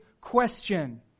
question